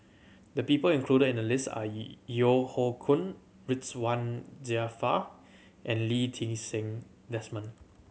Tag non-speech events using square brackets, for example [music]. the people included in the list are [unintelligible] Yeo Hoe Koon Ridzwan Dzafir and Lee Ti Seng Desmond